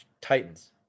Titans